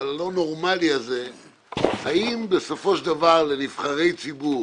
הלא נורמלי הזה האם בסופו של דבר לנבחרי ציבור